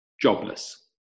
jobless